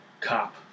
cop